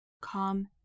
Calm